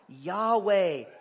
Yahweh